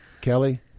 Kelly